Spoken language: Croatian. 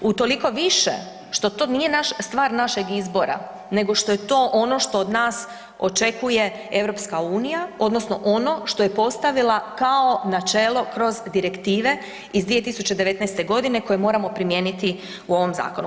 Utoliko više što to nije stvar našeg izbora nego što je to ono što od nas očekuje EU, odnosno ono što je postavila kao načelo kroz direktive iz 2019. g. koje moramo primijeniti u ovom zakonu.